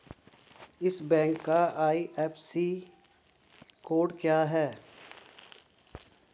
इस बैंक का IFSC code क्या है?